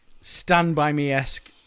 stand-by-me-esque